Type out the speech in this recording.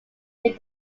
gave